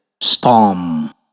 storm